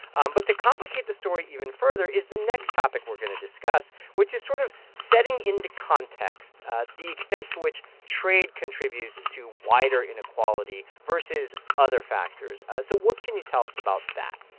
um but to complicate the story even further is the next topic we're going to discuss, which is sort of setting into context ah the extent to which trade contributes to wider inequality versus other factors. so what can you tell us about that?